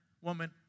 woman